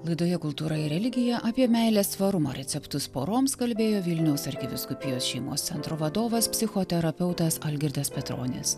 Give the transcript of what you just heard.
laidoje kultūra ir religija apie meilės tvarumo receptus poroms kalbėjo vilniaus arkivyskupijos šeimos centro vadovas psichoterapeutas algirdas petronis